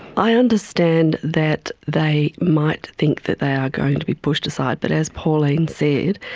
i understand that they might think that they are going to be pushed aside, but as pauline said,